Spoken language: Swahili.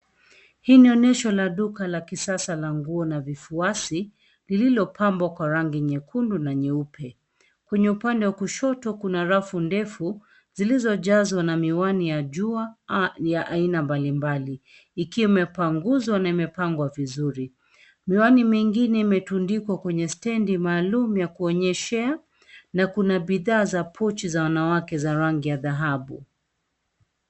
Hili ni onyesho la duka la kisasa la nguo na vifuasi lililopambwa kwa rangi nyekundu na nyeupe. Kwenye upande wa kushoto kuna rafu ndefu zilizojazwa na miwani ya jua ya aina mbalimbali ikiwa imepanguzwa na imepangwa vizuri. Miwani mingine imetundikwa kwenye stand maalum ya kuonyeshea na kuna bidhaa za pochi za wanawake za rangi ya dhahabu.